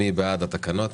מי בעד התקנות?